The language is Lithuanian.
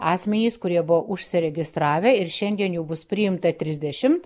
asmenys kurie buvo užsiregistravę ir šiandien jų bus priimta trisdešimt